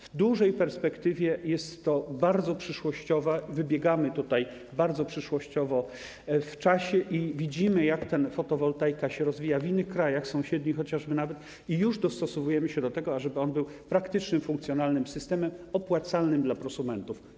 W długiej perspektywie jest to bardzo przyszłościowe, wybiegamy tutaj bardzo przyszłościowo w czasie i widzimy, jak ta fotowoltaika się rozwija chociażby w krajach sąsiednich, i już dostosowujemy się do tego, żeby ona była praktycznym, funkcjonalnym systemem opłacalnym dla prosumentów.